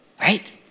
Right